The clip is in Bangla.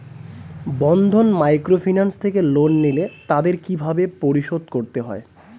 বন্ধন মাইক্রোফিন্যান্স থেকে লোন নিলে তাদের কিভাবে পরিশোধ করতে হয়?